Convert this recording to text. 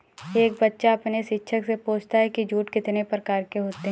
एक बच्चा अपने शिक्षक से पूछता है कि जूट कितने प्रकार के होते हैं?